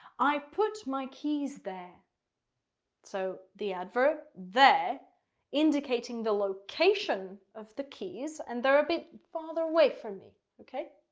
i put my keys there so the adverb there indicating the location of the keys and they're a bit farther away from me. okay?